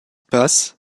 passe